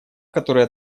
которая